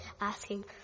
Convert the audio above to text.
asking